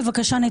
בבקשה,